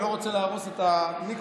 אני לא רוצה להרוס את המיקרופון,